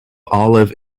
olive